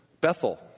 Bethel